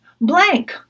blank